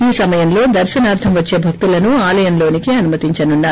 ఈ సమయంలో దర్పనార్థం వచ్చే భక్తులను ఆలయంలోనికి అనుమతించనున్నారు